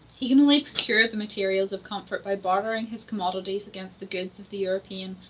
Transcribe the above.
he can only procure the materials of comfort by bartering his commodities against the goods of the european,